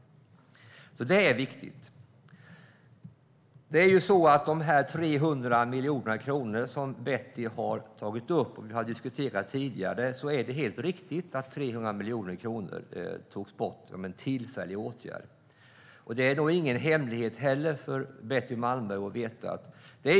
Det är viktigt. När det gäller de 300 miljoner kronor som Betty har tagit upp och som vi har diskuterat tidigare är det helt riktigt att de togs bort som en tillfällig åtgärd. Det är nog ingen hemlighet för Betty Malmberg heller.